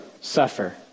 suffer